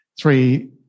three